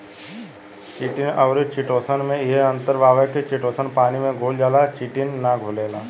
chitin अउरी chitosan में इहे अंतर बावे की चिटोसन पानी में घुल जाला चिटिन ना घुलेला